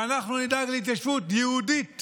ואנחנו נדאג להתיישבות יהודית